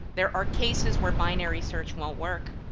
there are cases where binary search won't work,